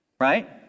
Right